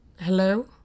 hello